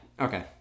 Okay